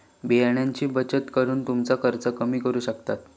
बियाण्यांची बचत करून तुमचो खर्च कमी करू शकतास